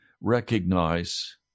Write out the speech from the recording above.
recognize